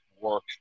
work